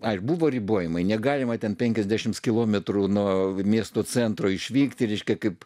ar buvo ribojimai negalima ten penkiasdešimt kilometrų nuo miesto centro išvykti reiškia kaip